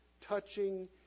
touching